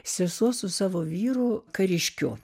sesuo su savo vyru kariškiu